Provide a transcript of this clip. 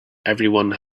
everyone